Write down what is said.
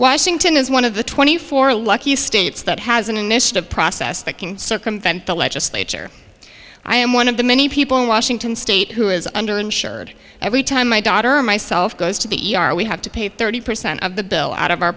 washington is one of the twenty four lucky states that has an initiative process that can circumvent the legislature i am one of the many people in washington state who is under insured every time my daughter or myself goes to be e r we have to pay thirty percent of the bill out of our